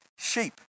sheep